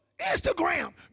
Instagram